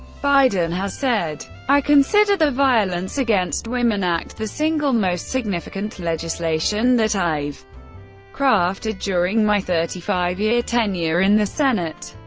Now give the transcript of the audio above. biden has said, i consider the violence against women act the single most significant legislation that i've crafted during my thirty five year tenure in the senate.